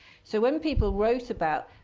so when people wrote about